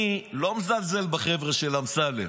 אני לא מזלזל בחבר'ה של אמסלם,